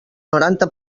noranta